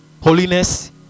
holiness